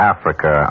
Africa